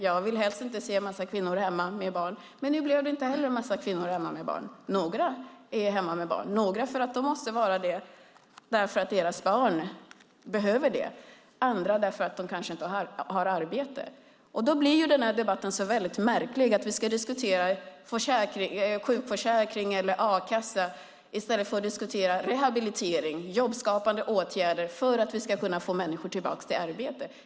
Jag vill helst inte se en massa kvinnor hemma med barn. Nu blev det inte en massa kvinnor hemma med barn. Några är hemma med barn - några för att de måste vara det för att deras barn behöver det, andra för att de inte har arbete. Det blir märkligt att diskutera sjukförsäkring eller a-kassa i stället för att diskutera rehabilitering och jobbskapande åtgärder för att få människor tillbaka i arbete.